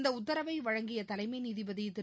இந்தஉத்தரவைவழங்கியதலைமைநீதிபதிதிரு